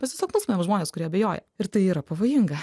mes tiesiog nustumiam žmones kurie abejoja ir tai yra pavojinga